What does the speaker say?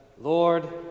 Lord